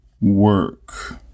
work